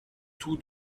tout